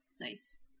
Nice